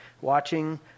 watching